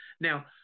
Now